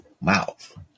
mouth